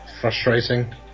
frustrating